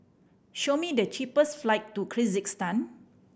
show me the cheapest flight to Kyrgyzstan